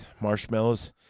marshmallows